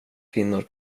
kvinnor